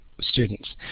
students